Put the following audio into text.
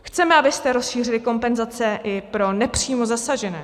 Chceme, abyste rozšířili kompenzace i pro nepřímo zasažené.